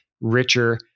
richer